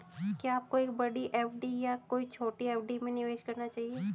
क्या आपको एक बड़ी एफ.डी या कई छोटी एफ.डी में निवेश करना चाहिए?